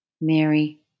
Mary